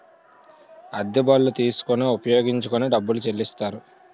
అద్దె బళ్ళు తీసుకొని ఉపయోగించుకొని డబ్బులు చెల్లిస్తారు